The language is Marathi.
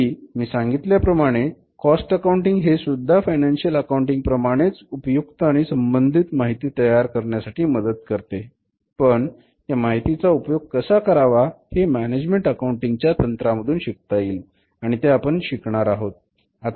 पूर्वी मी सांगितल्या प्रमाणे कॉस्ट अकाउंटिंग हेसुद्धा फायनान्शिअल अकाउंटिंग प्रमाणे उपयुक्त आणि संबंधित माहिती तयार करण्यासाठी मदत करते पण या माहितीचा उपयोग कसा करावा हे मॅनेजमेंट अकाउंटिंग च्या तंत्रामधून शिकता येईल आणि ते आपण शिकणार आहोत